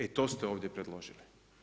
E to ste ovdje predložili.